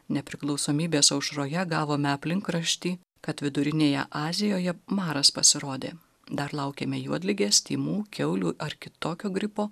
nepriklausomybės aušroje gavome aplinkraštį kad vidurinėje azijoje maras pasirodė dar laukiame juodligės tymų kiaulių ar kitokio gripo